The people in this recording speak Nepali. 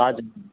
हज